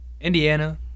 Indiana